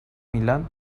milan